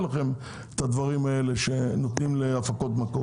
לכם את הדברים האלה שנותנים להפקות מקור.